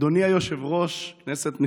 אדוני היושב-ראש, כנסת נכבדה,